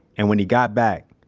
and when he got back,